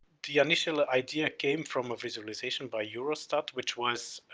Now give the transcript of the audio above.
the initial idea came from a visualisation by eurostat which was